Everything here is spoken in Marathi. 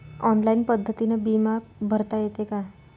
ऑनलाईन पद्धतीनं बी बिमा भरता येते का?